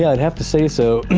yeah i'd have to say so.